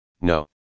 no